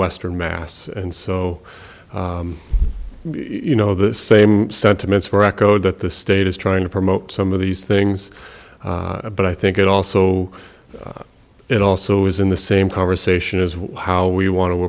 western mass and so you know the same sentiments were echoed that the state is trying to promote some of these things but i think it also it also is in the same conversation as well how we want to